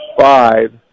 five